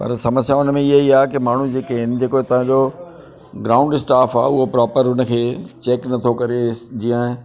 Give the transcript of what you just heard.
पर समस्या उन में इहे ई आहे की माण्हू जेके आहिनि जेको हितां जो ग्राउंड स्टाफ आहे उहो प्रॉपर उन खे चेक नथो करे जीअं